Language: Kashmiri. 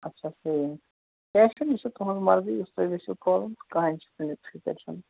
اچھا ٹھیٖک ٲخر یہِ چھِ تُہٕنٛز مرضی یُس تۄہہِ ویٚژھو کھولُن کانٛہہ ٹینشَن